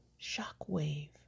shockwave